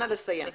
אנא לסיים.